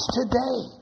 today